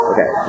Okay